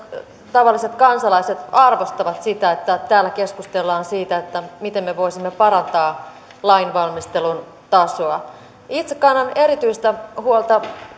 tavalliset kansalaiset arvostavat sitä että täällä keskustellaan siitä miten me voisimme parantaa lainvalmistelun tasoa itse kannan erityistä huolta